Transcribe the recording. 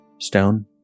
stone